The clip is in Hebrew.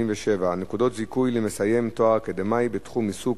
187) (נקודות זיכוי למסיים תואר אקדמי בתחום עיסוק